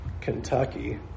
Kentucky